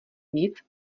víc